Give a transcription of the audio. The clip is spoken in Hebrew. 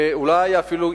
ואולי אפילו,